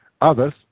Others